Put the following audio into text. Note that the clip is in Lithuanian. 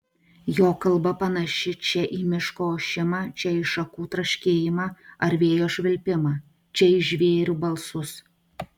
jo kalba panaši čia į miško ošimą čia į šakų traškėjimą ar vėjo švilpimą čia į žvėrių balsus